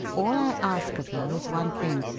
all i ask of you is one thing.